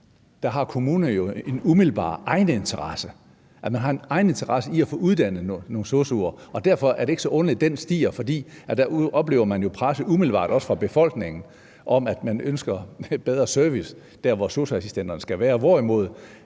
der har kommunerne jo en umiddelbar egeninteresse. Man har en egeninteresse i at få uddannet nogle sosu'er, og derfor er det ikke så underligt, at det stiger, for der oplever man jo også umiddelbart presset fra befolkningen om, at man ønsker en bedre service der, hvor sosu-assistenterne skal være, hvorimod